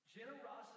Generosity